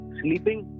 sleeping